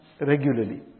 regularly